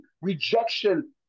rejection